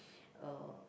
uh